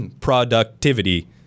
productivity